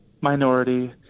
minority